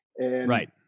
Right